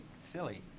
silly